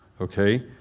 okay